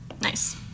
Nice